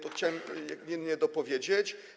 To chciałem jedynie dopowiedzieć.